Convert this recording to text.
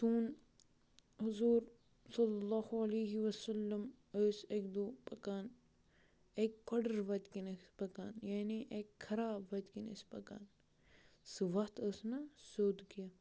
سون حضوٗر صَلی اللہُ عِلَیہ وَسَلَمٲسۍ اَکہِ دۄہ پَکان اَکہِ کۄڈر وَتہِ کِنۍ ٲسۍ پَکان یعنی اَکہِ خراب وَتہِ کِنۍ ٲسۍ پَکان سُہ وَتھ ٲس نہٕ سیوٚد کیٚنٛہہ